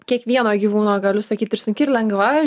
kiekvieno gyvūno galiu sakyt ir sunki ir lengva